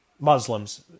Muslims